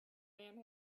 man